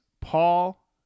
Paul